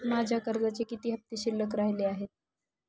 माझ्या कर्जाचे किती हफ्ते शिल्लक राहिले आहेत?